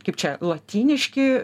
kaip čia lotyniški